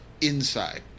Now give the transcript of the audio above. inside